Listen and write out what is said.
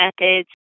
methods